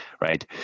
right